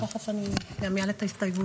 תכף אני אעלה גם את זה.